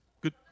Good